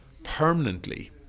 permanently